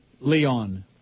Leon